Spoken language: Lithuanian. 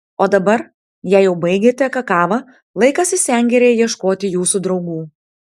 o dabar jei jau baigėte kakavą laikas į sengirę ieškoti jūsų draugų